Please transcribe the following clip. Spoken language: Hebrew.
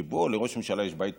שבו לראש ממשלה יש בית פרטי,